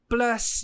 Plus